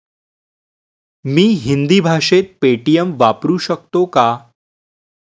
मी हिंदी भाषेत पेटीएम वापरू शकतो का?